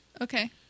Okay